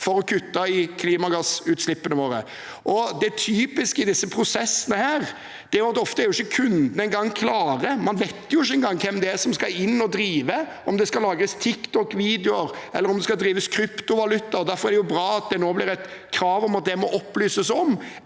for å kutte i klimagassutslippene våre. Det typiske i disse prosessene er ofte at kundene ikke engang er klare. Man vet ikke hvem det er som skal inn og drive, om det skal lages TikTok-videoer, om det skal drives med kryptovaluta – derfor er det bra at det nå blir et krav om at dette skal opplyses om